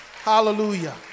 Hallelujah